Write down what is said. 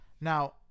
Now